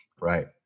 Right